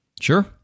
Sure